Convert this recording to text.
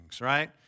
right